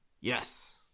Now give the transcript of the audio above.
Yes